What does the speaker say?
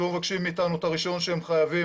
שלא מבקשים מאיתנו את הרישיון שהם חייבים,